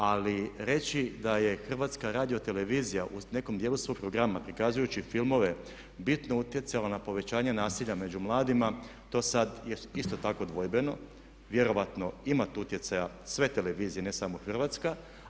Ali reći da je HRT u nekom dijelu svog programa prikazujući filmove bitno utjecala na povećanje nasilja među mladima to sad je isto tako dvojbeno, vjerojatno imaju tu utjecaja sve televizije ne samo hrvatska.